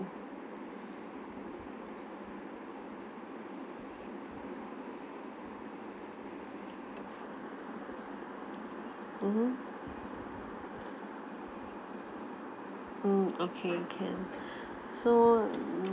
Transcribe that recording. mmhmm mm okay can so